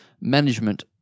management